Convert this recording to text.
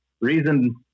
Reason